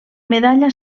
medalla